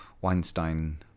weinstein